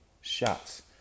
shots